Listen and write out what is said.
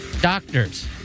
doctors